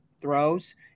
throws